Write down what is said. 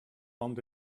ond